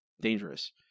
Dangerous